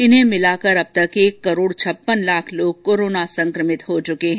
इन्हें मिलाकर अब तक एक करोड छप्पन लाख लोग कोरोना संक्रमित हो चुके हैं